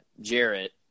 Jarrett